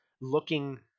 looking